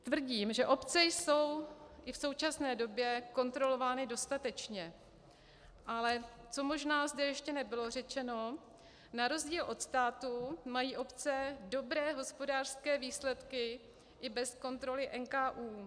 Tvrdím, že obce jsou i v současné době kontrolovány dostatečně, ale co možná zde ještě nebylo řečeno, na rozdíl od státu mají obce dobré hospodářské výsledky i bez kontroly NKÚ.